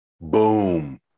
boom